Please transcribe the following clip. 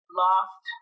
lost